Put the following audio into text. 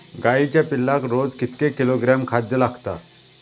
गाईच्या पिल्लाक रोज कितके किलोग्रॅम खाद्य लागता?